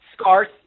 scarce